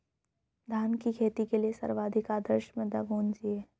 धान की खेती के लिए सर्वाधिक आदर्श मृदा कौन सी है?